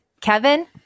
Kevin